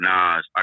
Nas